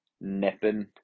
nipping